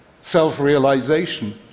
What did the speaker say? self-realization